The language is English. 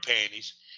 panties